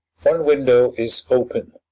one window is open.